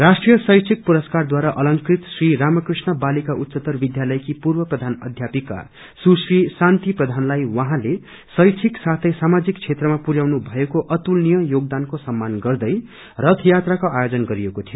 राष्ट्रि शैक्षिक पुरसकरद्वारा अलंकृत श्री रामकृष्ण बालिका उच्चतर विध्यालयकी पूर्व प्रधान अध्यापिका सुश्री शान्ति प्रधानलाई उहाँले शैक्षिक साथै सामाजिक क्षेत्रमा पुरयाउनु भएको अतुलनीय योगदानको सम्मा गर्दै रथयात्राको आयोजन बगगरिएको थियो